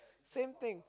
same thing